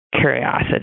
curiosity